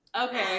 okay